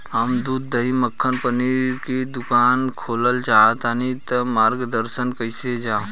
हम दूध दही मक्खन पनीर के दुकान खोलल चाहतानी ता मार्गदर्शन कइल जाव?